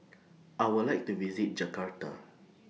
I Would like to visit Jakarta